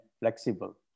flexible